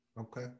okay